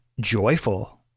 joyful